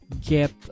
get